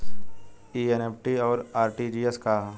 ई एन.ई.एफ.टी और आर.टी.जी.एस का ह?